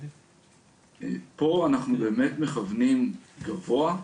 פה אנחנו באמת מכוונים גבוה.